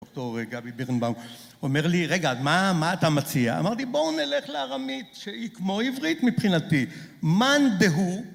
דוקטור גבי בירנבאום אומר לי, רגע, מה אתה מציע? אמרתי, בואו נלך לארמית שהיא כמו עברית מבחינתי, מאן דהוא